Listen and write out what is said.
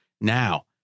Now